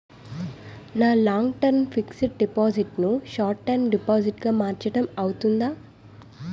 నా long term fixed deposit ను short term deposit గా మార్చటం అవ్తుందా?